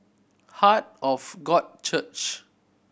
Heart of God Church